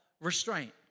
restraint